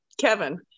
Kevin